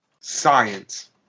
science